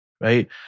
right